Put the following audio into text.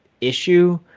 issue